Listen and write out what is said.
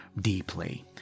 deeply